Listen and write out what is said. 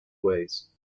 ways